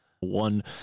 One